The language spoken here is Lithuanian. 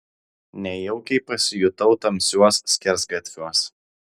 nejaukiai pasijutau tamsiuos skersgatviuos